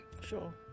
Sure